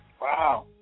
Wow